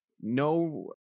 no